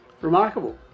Remarkable